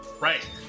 Right